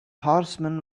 horseman